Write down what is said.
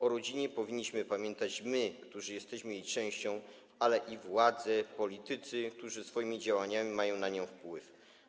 O rodzinie powinniśmy pamiętać my, którzy jesteśmy jej częścią, ale i władze, politycy, którzy swoimi działaniami mają na nią wpływ.